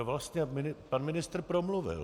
Vlastně pan ministr promluvil.